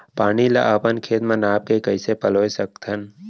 पानी ला अपन खेत म नाप के कइसे पलोय सकथन?